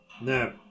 No